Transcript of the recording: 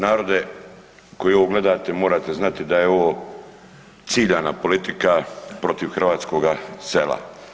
Narode koji ovo gledate, morate znati da je ovo ciljana politika protiv hrvatskoga sela.